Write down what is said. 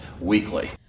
weekly